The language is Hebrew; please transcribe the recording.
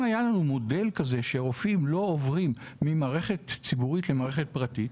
אם היה לנו מודל כזה שרופאים לא עוברים ממערכת ציבורים למערכת פרטית,